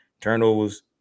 Turnovers